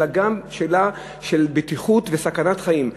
אלא זו גם שאלה של בטיחות וסכנת חיים.